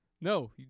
No